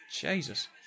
Jesus